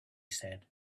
said